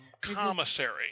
commissary